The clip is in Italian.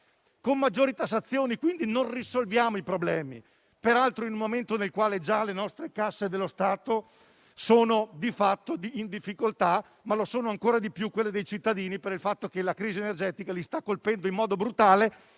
con maggiori tassazioni. Non risolviamo così i problemi, peraltro in un momento nel quale le casse dello Stato sono già in difficoltà e lo sono ancora di più quelle dei cittadini a causa della crisi energetica che li sta colpendo in modo brutale.